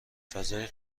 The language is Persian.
فضای